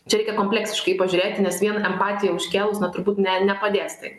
čia reikia kompleksiškai pažiūrėti nes vien empatiją užkėlus na turbūt ne nepalies tai